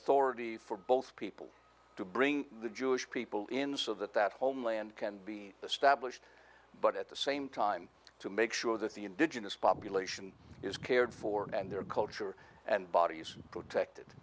authority for both people to bring the jewish people in so that that homeland can be established but at the same time to make sure that the indigenous population is cared for and their culture and bodies protected